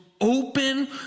open